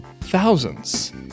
thousands